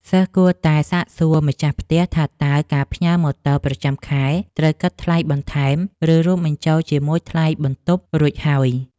សិស្សគួរតែសាកសួរម្ចាស់ផ្ទះថាតើការផ្ញើម៉ូតូប្រចាំខែត្រូវគិតថ្លៃបន្ថែមឬរួមបញ្ចូលជាមួយថ្លៃបន្ទប់រួចហើយ។